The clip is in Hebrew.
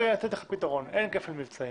אין כפל מבצעים,